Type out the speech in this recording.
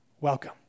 Welcome